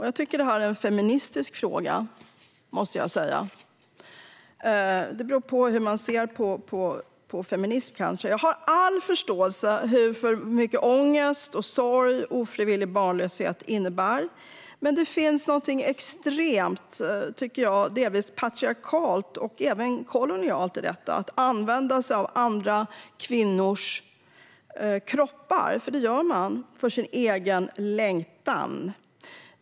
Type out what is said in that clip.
Jag tycker att det här är en feministisk fråga, det beror kanske på hur man ser på feminism. Jag har all förståelse för den ångest och sorg som ofrivillig barnlöshet innebär. Men det finns något extremt, delvis patriarkalt och även kolonialt, i att använda sig av andra kvinnors kroppar för sin egen längtan.